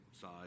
side